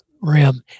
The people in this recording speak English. rim